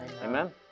Amen